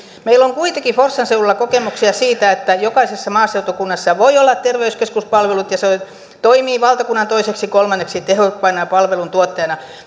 meillä on kuitenkin forssan seudulla kokemuksia siitä että jokaisessa maaseutukunnassa voi olla terveyskeskuspalvelut ja se toimii valtakunnan toiseksi kolmanneksi tehokkaimpana palveluntuottajana